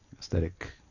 aesthetic